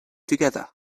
together